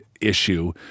issue